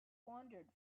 wandered